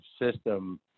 system